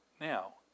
Now